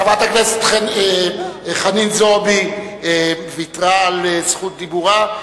חברת הכנסת חנין זועבי ויתרה על זכות דיבורה.